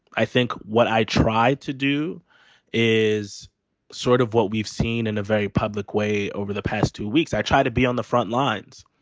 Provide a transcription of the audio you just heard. i think what i try to do is sort of what we've seen in a very public way over the past two weeks. i try to be on the front lines.